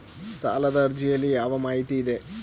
ಸಾಲದ ಅರ್ಜಿಯಲ್ಲಿ ಯಾವ ಮಾಹಿತಿ ಇದೆ?